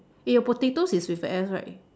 eh your potatoes is with a S right